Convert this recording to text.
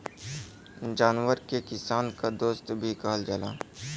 जानवरन के किसान क दोस्त भी कहल जाला